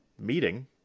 meeting